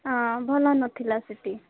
ହଁ ଭଲ ନଥିଲା ସେଠି